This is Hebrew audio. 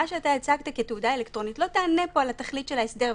מה שאתה הצגת כ"תעודה אלקטרונית" לא תענה פה על התכלית של ההסדר,